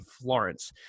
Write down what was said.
Florence